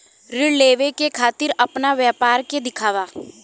ऋण लेवे के खातिर अपना व्यापार के दिखावा?